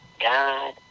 God